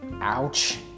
Ouch